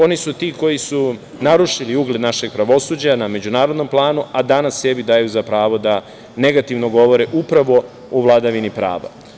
Oni su ti koji su narušili ugled našeg pravosuđa na međunarodnom planu, a danas sebi daju za pravo da negativno govore upravo o vladavini prava.